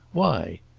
why?